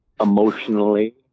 emotionally